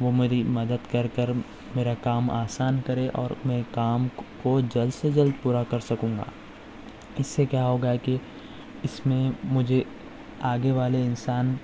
وہ میری مدد کر کر میرا کام آسان کرے اور میں کام کو جلد سے جلد پورا کر سکوں گا اس سے کیا ہوگا کہ اس میں مجھے آگے والے انسان